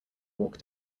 walk